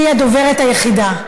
חברת הכנסת יעל כהן-פארן,